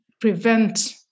prevent